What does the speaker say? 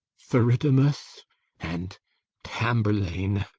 theridamas and tamburlaine,